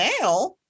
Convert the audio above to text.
now